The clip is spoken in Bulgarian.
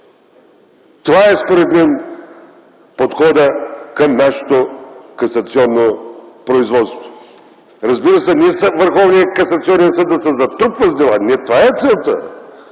Това е, според мен, подходът към нашето касационно производство. Разбира се, не Върховният касационен съд да се затрупва с дела, не това е целта,